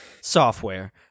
software